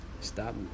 stop